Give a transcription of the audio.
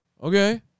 okay